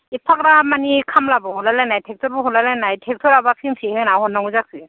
एफाग्राप मानि खामलाबो हरलाय लायनाय ट्रेक्टरबो हरलायलायनाय ट्रेक्टराबा फिनबेसे होना हरनांगौ जाखो